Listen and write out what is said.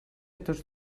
tots